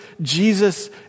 Jesus